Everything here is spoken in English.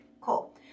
Cool